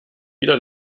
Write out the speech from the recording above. wieder